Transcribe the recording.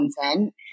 content